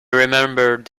remembered